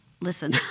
listen